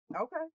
okay